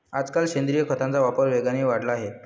आजकाल सेंद्रिय खताचा वापर वेगाने वाढला आहे